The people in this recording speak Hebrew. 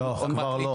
לא, כבר לא.